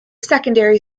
secondary